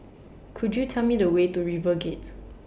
Could YOU Tell Me The Way to RiverGate